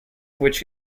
which